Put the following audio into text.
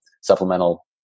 supplemental